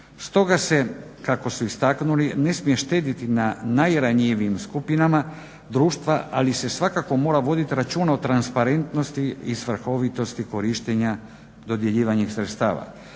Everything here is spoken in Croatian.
Stoga se kako su istaknuli ne smije štediti na najranjivijim skupinama društva ali se svakako mora voditi računa o transparentnosti i svrhovitosti korištenja dodjeljivanja sredstava.